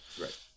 Right